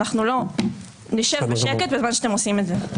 ואנחנו לא נשב בשקט בזמן שאתם עושים את זה.